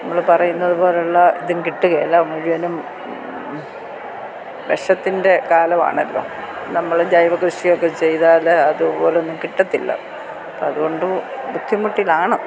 നമ്മൾ പറയുന്നതുപോലുള്ള ഇതും കിട്ടുകയില്ല മുഴുവനും വിഷത്തിൻ്റെ കാലം ആണല്ലോ നമ്മൾ ജൈവകൃഷി ഒക്കെ ചെയ്താൽ അത് പോലൊന്നും കിട്ടത്തില്ല അപ്പം അതുകൊണ്ട് ബുദ്ധിമുട്ടിലാണ്